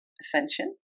ascension